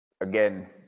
again